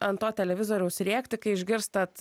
ant to televizoriaus rėkti kai išgirstat